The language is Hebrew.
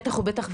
בטח ובטח,